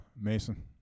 Mason